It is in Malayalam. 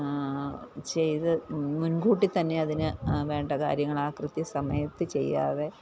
ചെയ്ത് മുൻകൂട്ടി തന്നെയതിന് വേണ്ട കാര്യങ്ങളാ കൃത്യ സമയത്ത് ചെയ്യാതെ